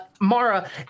Mara